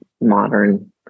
modern